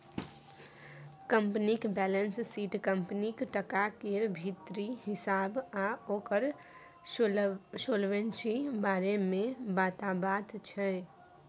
कंपनीक balance sheet कंपनीक टका केर भीतरी हिसाब आ ओकर सोलवेंसी बारे मे बताबैत छै